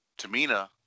Tamina